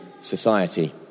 society